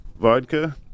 vodka